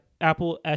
Apple